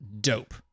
dope